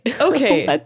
okay